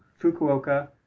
Fukuoka